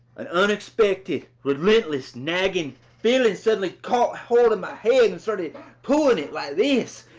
and unexpected relentless nagging feeling suddenly caught hold of my head. and started pulling it like this.